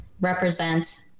represent